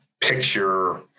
picture